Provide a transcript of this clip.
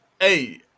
Hey